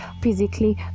physically